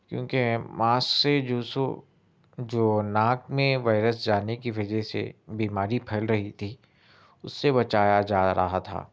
کیونکہ ماسک سے جو سو جو ناک میں وائرس جانے کی وجہ سے بیماری پھیل رہی تھی اس سے بچایا جا رہا تھا